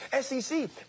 sec